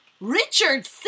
Richard